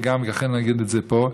לכן אגיד את זה פה,